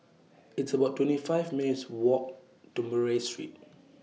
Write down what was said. It's about twenty five minutes' Walk to Murray Street